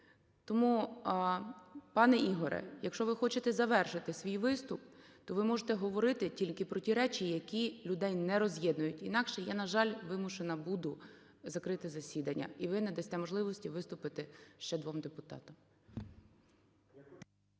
Тому, пане Ігоре, якщо ви хочете завершити свій виступ, то ви можете говорити тільки про ті речі, які людей не роз'єднують. Інакше я, на жаль, вимушена буду закрити засідання і ви не дасте можливості виступити ще двом депутатам.